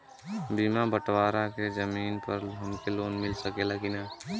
बिना बटवारा के जमीन पर हमके लोन मिल सकेला की ना?